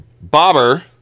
Bobber